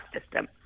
system